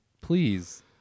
please